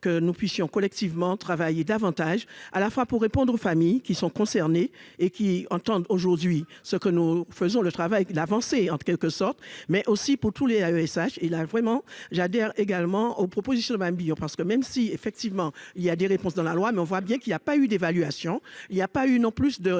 que nous puissions collectivement travailler davantage à la fois pour répondre aux familles qui sont concernés et qui entendent aujourd'hui ce que nous faisons le travail l'avancée en quelque sorte mais aussi pour tous les AESH et là vraiment j'adhère également aux propos du chemin Billon parce que même si effectivement il y a des réponses dans la loi, mais on voit bien qu'il y a pas eu d'évaluation il y a pas eu non plus de